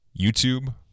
youtube